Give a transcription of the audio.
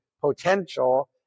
potential